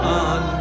on